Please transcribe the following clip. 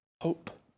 hope